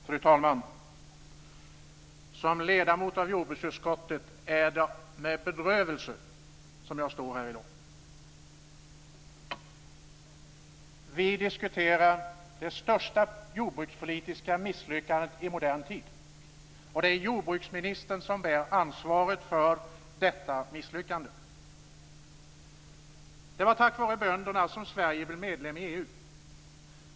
Fru talman! Som ledamot av jordbruksutskottet är det med bedrövelse jag står här i dag. Vi diskuterar det största jordbrukspolitiska misslyckandet i modern tid, och det är jordbruksministern som bär ansvaret för detta misslyckande. Det var tack vare bönderna som Sverige blev medlem i EU.